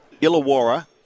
Illawarra